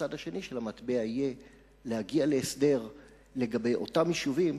הצד השני של המטבע יהיה להגיע להסדר לגבי אותם יישובים